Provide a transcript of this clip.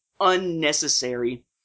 unnecessary